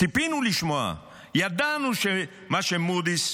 ציפינו לשמוע, ידענו שמה שמודי'ס